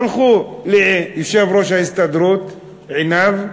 הלכו ליושב-ראש ההסתדרות, עינב,